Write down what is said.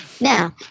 now